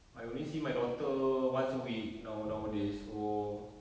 I only see my daughter once a week now nowadays so